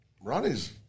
Ronnie's